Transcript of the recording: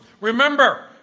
Remember